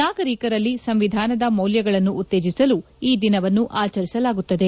ನಾಗರಿಕರಲ್ಲಿ ಸಂವಿಧಾನದ ಮೌಲ್ಯಗಳನ್ನು ಉತ್ತೇಜಿಸಲು ಈ ದಿನವನ್ನು ಆಚರಿಸಲಾಗುತ್ತದೆ